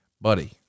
buddy